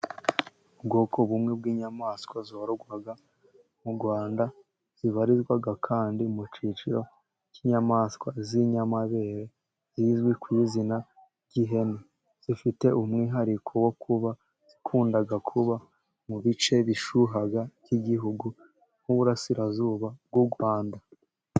Ubwoko bumwe bw'inyamaswa zororwa mu Rwanda zibarizwa kandi mu cyiciro cy'inyamaswa z'inyamabere, zizwi ku izina ry'ihene zifite umwihariko wo kuba zikunda kuba mu bice bishyuha by'igihugu, nk'Uburasirazuba bw'u Rwanda.